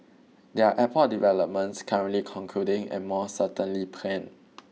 there are airport developments currently concluding and more certainly planned